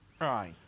right